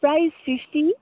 price fifteen